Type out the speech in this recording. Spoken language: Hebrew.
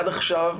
עד עכשיו שגינו,